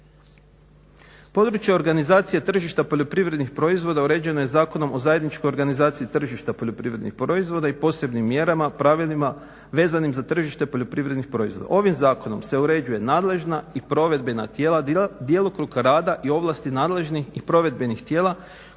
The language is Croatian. Područje organizacije tržišta poljoprivrednih proizvoda uređeno je Zakonom o zajedničkoj organizaciji tržišta poljoprivrednih proizvoda i posebnim mjerama, pravilima vezanim za tržište poljoprivrednih proizvoda. Ovim zakonom se uređuje nadležna i provedbena tijela djelokruga rada i ovlasti nadležnih i provedbenih tijela,